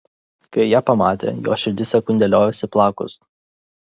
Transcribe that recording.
kai ją pamatė jos širdis sekundę liovėsi plakus